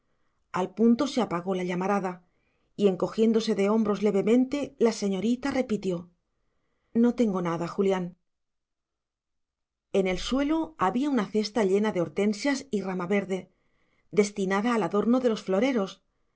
al punto se apagó la llamarada y encogiéndose de hombros levemente la señorita repitió no tengo nada julián en el suelo había una cesta llena de hortensias y rama verde destinada al adorno de los floreros